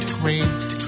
great